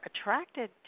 attracted